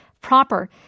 proper